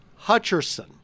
Hutcherson